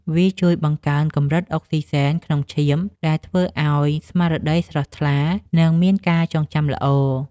វាជួយបង្កើនកម្រិតអុកស៊ីហ្សែនក្នុងឈាម ដែលធ្វើឱ្យស្មារតីស្រស់ថ្លា និងមានការចងចាំល្អ។